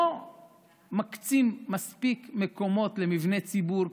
לא מקצים מספיק מקומות למבני ציבור,